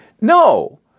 no